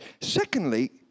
Secondly